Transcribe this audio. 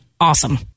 awesome